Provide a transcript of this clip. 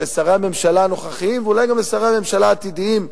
לשרי הממשלה הנוכחיים ואולי גם לשרי הממשלה העתידיים,